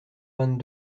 vingt